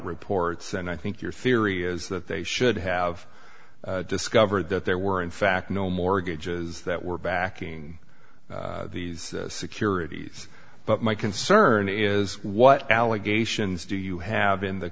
reports and i think your theory is that they should have discovered that there were in fact no mortgages that were backing these securities but my concern is what allegations do you have in the